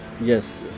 Yes